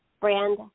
Brand